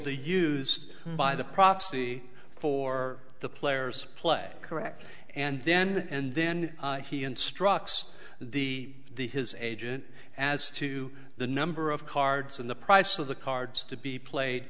to use by the proxy for the players play correct and then and then he instructs the his agent as to the number of cards and the price of the cards to be played